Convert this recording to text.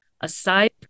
Aside